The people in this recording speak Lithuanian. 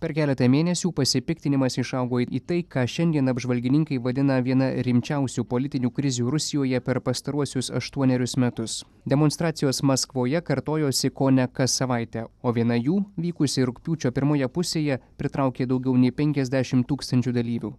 per keletą mėnesių pasipiktinimas išaugo į tai ką šiandien apžvalgininkai vadina viena rimčiausių politinių krizių rusijoje per pastaruosius aštuonerius metus demonstracijos maskvoje kartojosi kone kas savaitę o viena jų vykusi rugpjūčio pirmoje pusėje pritraukė daugiau nei penkiasdešim tūkstančių dalyvių